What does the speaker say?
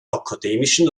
akademischen